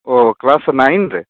ᱚᱸᱻ class nine ᱨᱮ